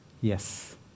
yes